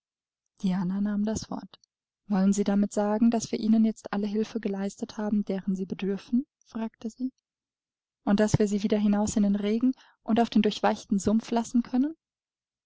diana nahm das wort wollen sie damit sagen daß wir ihnen jetzt alle hilfe geleistet haben deren sie bedürfen fragte sie und daß wir sie wieder hinaus in den regen und auf den durchweichten sumpf lassen können